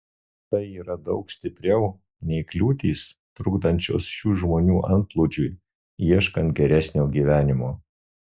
tai yra daug stipriau nei kliūtys trukdančios šių žmonių antplūdžiui ieškant geresnio gyvenimo